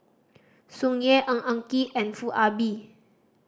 Sung Yeh Ng Eng Kee and Foo Ah Bee